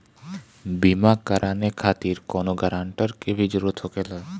बीमा कराने खातिर कौनो ग्रानटर के भी जरूरत होखे ला?